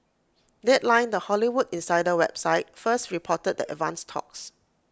deadline the Hollywood insider website first reported the advanced talks